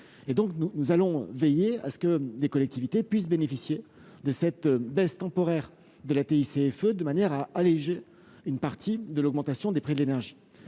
Nous allons en tout cas veiller à ce que les collectivités puissent vraiment bénéficier de cette baisse temporaire de la TICFE, de manière à amortir une partie de l'augmentation des prix de l'énergie.